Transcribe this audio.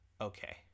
okay